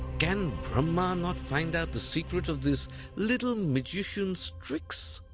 can brahma not find out the secret of this little magician's tricks?